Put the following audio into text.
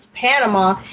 Panama